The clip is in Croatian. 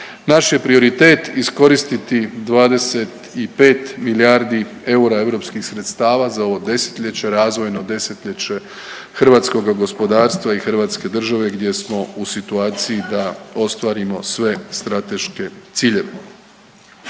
Naš je prioritet iskoristiti 25 milijardi eura europskih sredstava za ovo 10-ljeće, razvojno 10-ljeće hrvatskoga gospodarstva i hrvatske države gdje smo u situaciji da ostvarimo sve strateške ciljeve.